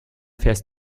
fährst